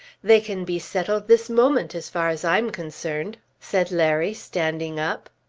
they can be settled this moment as far as i am concerned, said larry standing up.